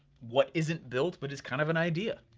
what isn't built but is kind of an idea.